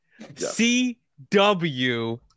CW